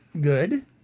good